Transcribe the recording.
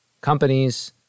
companies